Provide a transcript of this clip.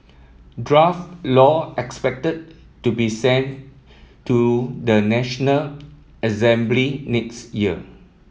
draft law expected to be sent to the National Assembly next year